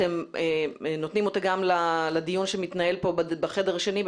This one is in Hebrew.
האם אתם נותנים אותה גם לדיון שמתנהל פה בחדר השני,